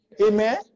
Amen